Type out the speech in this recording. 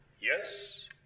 Yes